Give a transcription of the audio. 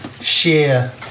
share